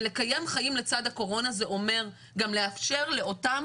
לקיים חיים לצד הקורונה זה אומר גם לאפשר לאותם